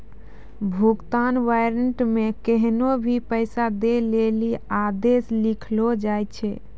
भुगतान वारन्ट मे कोन्हो भी पैसा दै लेली आदेश लिखलो जाय छै